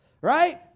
right